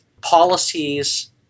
policies